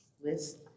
list